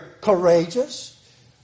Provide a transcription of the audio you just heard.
courageous